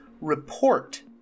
report